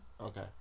Okay